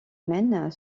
mène